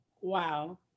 Wow